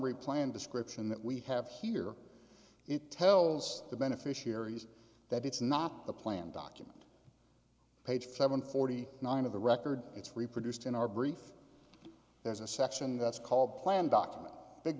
summary plan description that we have here it tells the beneficiaries that it's not the plan document page seven forty nine of the record it's reproduced in our brief there's a section that's called plan document big